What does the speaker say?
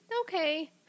okay